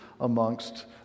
amongst